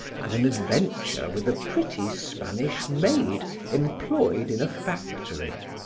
and an adventure with a pretty spanish maid employed in a factory.